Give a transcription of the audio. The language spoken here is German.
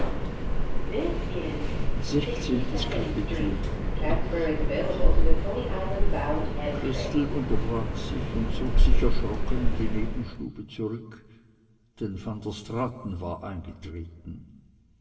am ende abschied christel unterbrach sich und zog sich erschrocken in die nebenstube zurück denn van der straaten war eingetreten